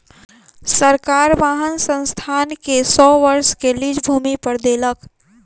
सरकार वाहन संस्थान के सौ वर्ष के लीज भूमि पर देलक